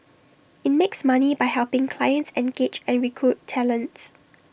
IT makes money by helping clients engage and recruit talents